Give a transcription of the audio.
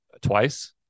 twice